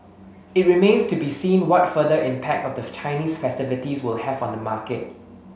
it remains to be seen what further impact of the Chinese festivities will have on the market